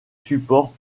supports